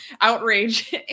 outrage